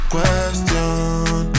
Question